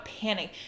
panic